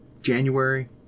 January